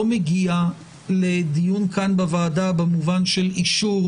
מגיעה לדיון כאן בוועדה במובן של אישור